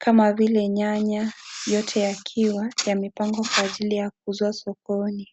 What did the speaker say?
,kama vile nyanya yote yakiwa yamepangwa kwa ajili ya kuuzwa sokoni.